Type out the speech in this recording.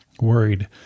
worried